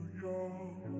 young